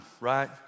right